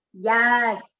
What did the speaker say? Yes